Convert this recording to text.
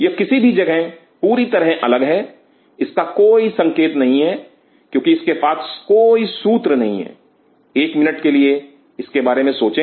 यह किसी भी जगह पूरी तरह अलग है इसका कोई संकेत नहीं है क्यों इसके पास कोई सूत्र नहीं है 1 मिनट के लिए इसके बारे में सोचें